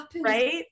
right